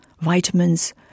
vitamins